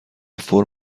فرم